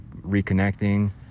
reconnecting